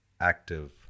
Active